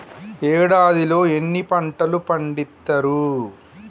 ఏడాదిలో ఎన్ని పంటలు పండిత్తరు?